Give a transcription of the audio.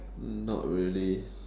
not really